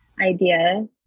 idea